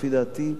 לפי דעתי,